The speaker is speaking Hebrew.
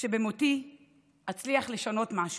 שבמותי אצליח לשנות משהו.